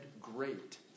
great